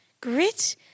Grit